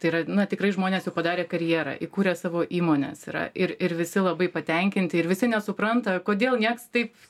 tai yra na tikrai žmonės jau padarę karjerą įkūrė savo įmones yra ir ir visi labai patenkinti ir visi nesupranta kodėl nieks taip